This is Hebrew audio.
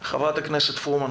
חברת הכנסת אורלי פרומן,